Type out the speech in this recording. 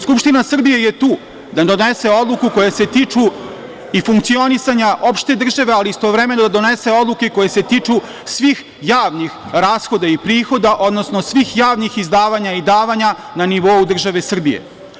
Skupština Srbije je tu da donese odluke koje se tiču i funkcionisanja opšte države, ali istovremeno, da donese odluke koje se tiču svih javnih rashoda i prihoda, odnosno svih javnih izdavanja i davanja na nivou države Srbije.